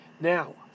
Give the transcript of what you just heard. now